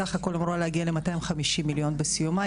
בסך הכול אמורה להגיע ל-250 מיליון בסיומה.